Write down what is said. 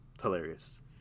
hilarious